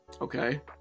Okay